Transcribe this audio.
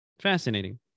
Fascinating